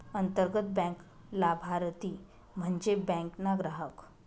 अंतर्गत बँक लाभारती म्हन्जे बँक ना ग्राहक